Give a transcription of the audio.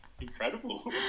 incredible